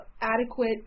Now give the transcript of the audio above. adequate